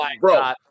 bro